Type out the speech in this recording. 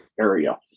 area